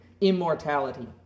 immortality